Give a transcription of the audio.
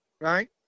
right